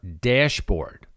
dashboard